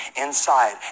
inside